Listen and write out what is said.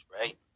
right